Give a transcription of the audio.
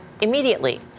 immediately